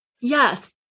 Yes